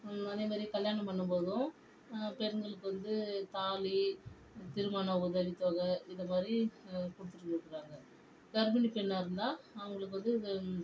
அதே மாதிரி கல்யாணம் பண்ணும்போதும் பெண்களுக்கு வந்து தாலி திருமண உதவி தொகை இது மாதிரி கொடுத்துட்டு இருக்கிறாங்க கற்பிணி பெண்ணாக இருந்தால் அவங்களுக்கு வந்து இந்த